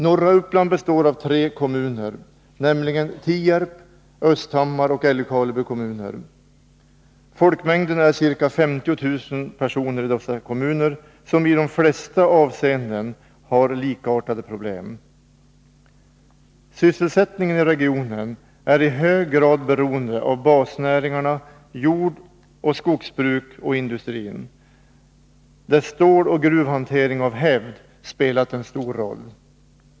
Norra Uppland består av tre kommuner, nämligen Tierp, Östhammar och Älvkarleby kommuner. Folkmängden är ca 50 000 i dessa kommuner, och kommunerna har i de flesta avseenden likartade problem. Sysselsättningen i regionen är i hög grad beroende av basnäringarna jordoch skogsbruk samt industrin, där ståloch gruvhantering av hävd spelat en stor roll.